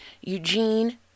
Eugene